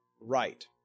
right